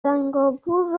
سنگاپور